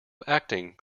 acting